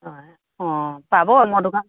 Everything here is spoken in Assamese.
হয় অ পাব মোৰ দোকানত